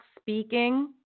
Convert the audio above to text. speaking